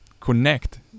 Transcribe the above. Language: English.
connect